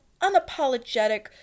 unapologetic